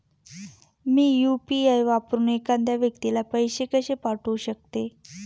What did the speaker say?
मी UPI वापरून एखाद्या व्यक्तीला पैसे कसे पाठवू शकते?